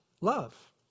Love